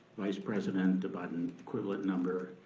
vice president about an equivalent number.